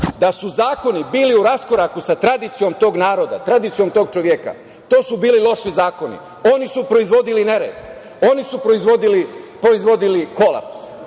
da su zakoni bili u raskoraku sa tradicijom tog naroda, tradicijom tog čoveka, to su bili loši zakoni. Oni su proizvodili nered. Oni su proizvodili kolaps.